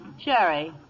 Sherry